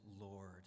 Lord